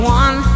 one